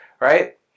right